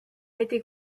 été